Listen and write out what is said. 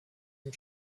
dem